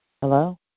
Hello